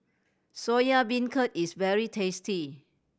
Soya Beancurd is very tasty